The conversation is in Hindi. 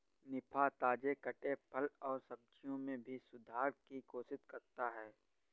निफा, ताजे कटे फल और सब्जियों में भी सुधार की कोशिश करता है